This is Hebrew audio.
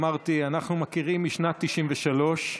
אמרתי, אנחנו מכירים משנת 1993,